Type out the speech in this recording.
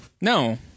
No